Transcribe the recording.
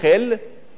פה אותו דבר.